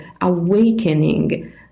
awakening